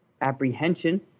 apprehension